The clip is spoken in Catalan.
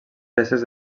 peces